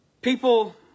People